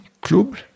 club